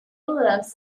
was